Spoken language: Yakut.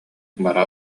бара